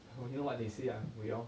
I only know what they say ah we all